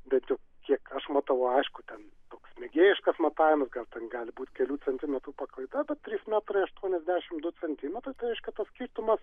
bent jau kiek aš matau aišku ten toks mėgėjiškas matavimas gali ten būti kelių centimetrų paklaida bet trys metrai aštuoniasdešimt du centimetrai tai reiškia tas skirtumas